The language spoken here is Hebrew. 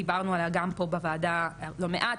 דיברנו עליה גם פה בוועדה לא מעט,